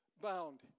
bound